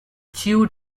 chewed